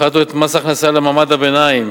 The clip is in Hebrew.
הפחתנו את מס ההכנסה למעמד הביניים,